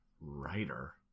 writer